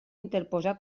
interposar